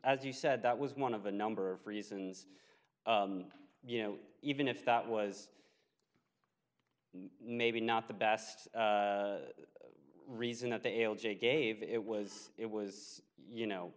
as you said that was one of a number of reasons you know even if that was maybe not the best reason that the l j gave it was it was you know